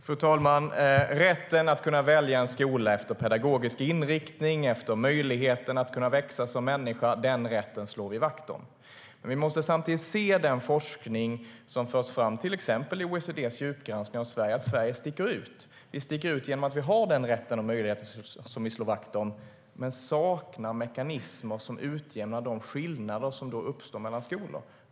Fru talman! Rätten att välja skola efter pedagogisk inriktning och efter möjligheten att växa som människa slår vi vakt om. Men vi måste samtidigt se den forskning som förs fram, till exempel i OECD:s djupgranskning av Sverige, att Sverige sticker ut. Vi sticker ut genom att vi har denna rätt och möjlighet som vi slår vakt om men saknar mekanismer som utjämnar de skillnader som då uppstår mellan skolor.